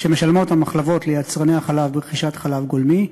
שהמחלבות משלמות, ליצרני החלב ברכישת חלב גולמי.